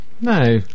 No